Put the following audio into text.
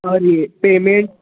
اور یہ پیمنٹ